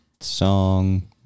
song